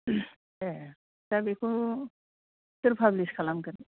औ दा बेखौ सोर पाब्लिस खालामगोन